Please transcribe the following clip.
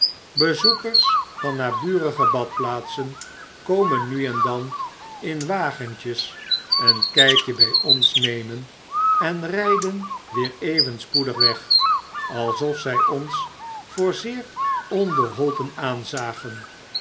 bezoekers van naburige badplaatsen komen nu en dan in wagentjes een kjjkje by ons nemen en ryden weer even spoedig weg alsof zij ons voor zeer onbeholpen aanzagen